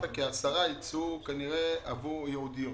בשקף הבא ניתן לראות את הפילוח של ההשכלה לפי מגדר.